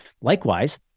Likewise